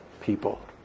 people